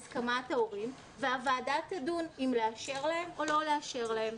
את הסכמת ההורים והוועדה תדון אם לאשר להם או לא לאשר להם.